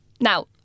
now